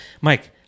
Mike